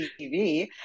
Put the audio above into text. TV